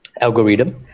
algorithm